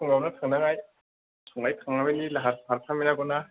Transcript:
फुङावनो थांनानै संनाय खावनायनि लाहार फाहार खालाम हैनांगौ ना